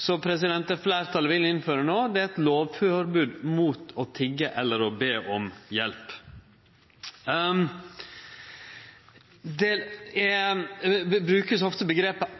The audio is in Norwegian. Så det fleirtalet vil innføre no, er lovforbod mot å tigge eller å be om hjelp. Ein brukar ofte